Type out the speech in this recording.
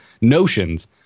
notions